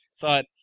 thought